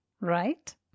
right